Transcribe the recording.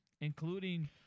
including